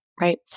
right